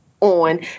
on